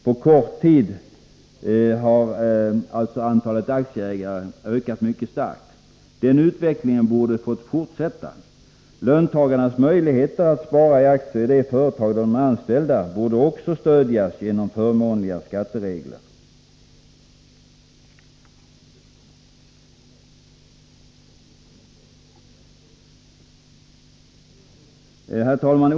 På kort tid har alltså antalet aktieägare ökat mycket starkt. Denna utveckling borde ha fått fortsätta. Löntagarnas möjligheter att spara i aktier i det företag där de är anställda borde också stödjas genom förmånliga skatteregler. Herr talman!